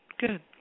Good